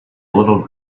little